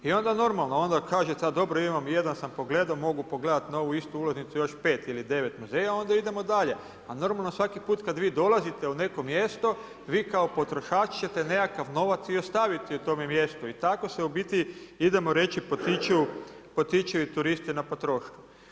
I onda normalno, onda kažete a dobro jedan sam pogledat, mogu pogledat na ovu istu ulaznicu još 5 ili 9 muzeja, onda idemo dalje, a normalno svaki put kad vi dolazite u neko mjesto, vi kao potrošač ćete nekakav novac i ostaviti u tome mjestu i tako se u biti idemo reći, potiču i turisti na potrošnju.